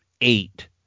eight